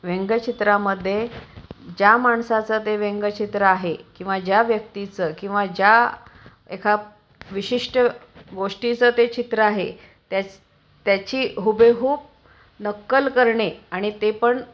व्यंगचित्रामध्ये ज्या माणसाचं ते व्यंगचित्र आहे किंवा ज्या व्यक्तीचं किंवा ज्या एका विशिष्ट गोष्टीचं ते चित्र आहे त्याच त्याची हुबेहूब नक्कल करणे आणि ते पण